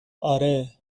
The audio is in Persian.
اره